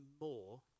more